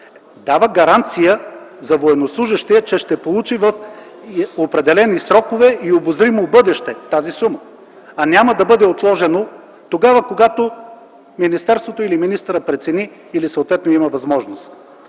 дава гаранция на военнослужещия, че ще получи в определени срокове и обозримо бъдеще тази сума; тя няма да бъде отложена за тогава, когато министерството или министърът прецени и има възможност.